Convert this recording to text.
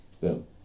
Boom